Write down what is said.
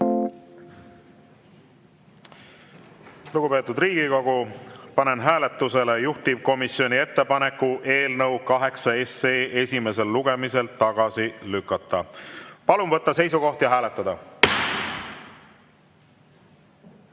Lugupeetud Riigikogu, panen hääletusele juhtivkomisjoni ettepaneku eelnõu nr 8 esimesel lugemisel tagasi lükata. Palun võtta seisukoht ja hääletada!